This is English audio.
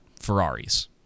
Ferraris